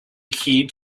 key